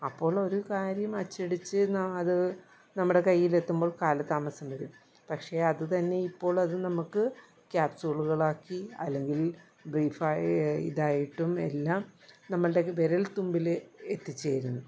അപ്പോഴൊരു കാര്യം അച്ചടിച്ച് അത് നമ്മുടെ കയ്യിലെത്തുമ്പോൾ കാലതാമസം വരും പക്ഷേ അത് തന്നെ ഇപ്പോഴത് നമുക്ക് ക്യാപ്സൂളുകളാക്കി അല്ലെങ്കിൽ ബ്രീഫായി ഇതായിട്ടും എല്ലാം നമ്മളുടെ വിരൽ തുമ്പിൽ എത്തിച്ചേരുന്നു